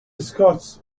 scots